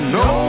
no